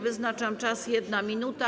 Wyznaczam czas - 1 minuta.